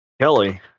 Kelly